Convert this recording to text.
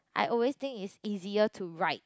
I always think it's easier to write